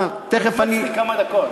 אני רציתי כמה דקות.